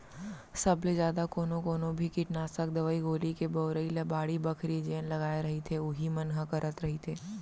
सब ले जादा कोनो कोनो भी कीटनासक दवई गोली के बउरई ल बाड़ी बखरी जेन लगाय रहिथे उही मन ह करत रहिथे